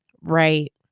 Right